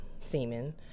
semen